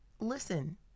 Listen